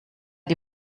die